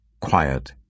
Quiet